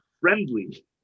friendly